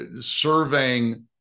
surveying